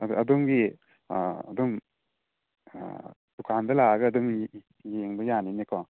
ꯑꯗꯨ ꯑꯗꯣꯝꯒꯤ ꯑꯗꯨꯝ ꯗꯨꯀꯥꯟꯗ ꯂꯥꯛꯑꯒ ꯑꯗꯨꯝ ꯌꯦꯡꯕ ꯌꯥꯅꯤꯅꯦꯀꯣ